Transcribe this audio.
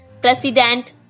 President